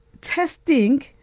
testing